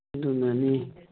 ꯑꯗꯨꯅꯅꯤ